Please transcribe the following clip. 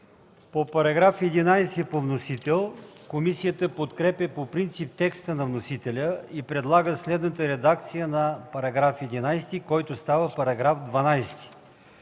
По § 12 по вносител комисията подкрепя по принцип текста на вносителя и предлага следната редакция на този параграф, който става § 13: „§ 13.